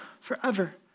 forever